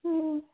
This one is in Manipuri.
ꯎꯝ